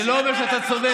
אני שומר על הבריאות שלך.